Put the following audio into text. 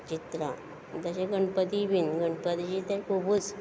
चित्रां आनी तशे गणपतीय बीन गणपतीचें तें खुबूच